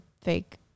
fake